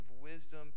wisdom